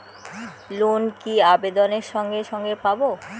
Loan কি আবেদনের সঙ্গে সঙ্গে পাব?